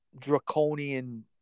draconian